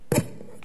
אז מה שקרה,